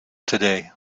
today